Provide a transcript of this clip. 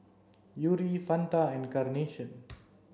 Yuri Fanta and Carnation